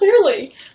Clearly